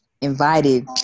invited